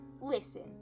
Listen